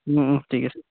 ঠিক আছে